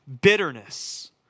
bitterness